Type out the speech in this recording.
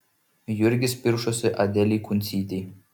jurgis piršosi adelei kuncytei